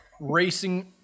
racing